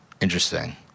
interesting